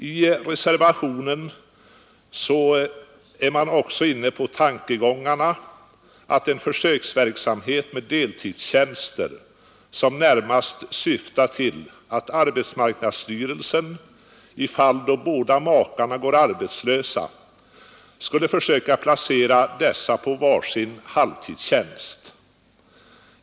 I reservationen är man också inne på tankegången om en försöksverksamhet med deltidstjänster, som närmast syftar till att arbetsmarknadsstyrelsen då båda makarna går arbetslösa skulle försöka placera dessa på var sin halvtidstjänst.